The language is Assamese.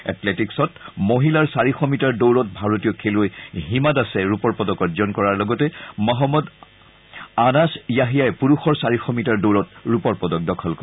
এথলেটিক্ছত মহিলাৰ চাৰিশ মিটাৰ দৌৰত ভাৰতীয় খেলুৱৈ হিমা দাসে ৰূপৰ পদক অৰ্জন কৰাৰ লগতে মহম্মদ আনাছ য়াহিয়াই পুৰুষৰ চাৰিশ মিটাৰ দৌৰত ৰূপক পদক দখল কৰে